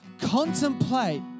contemplate